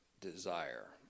desire